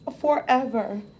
forever